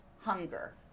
hunger